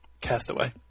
Castaway